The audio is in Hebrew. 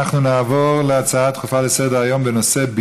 אנחנו נעבור להצעות דחופות לסדר-היום מס' 9459,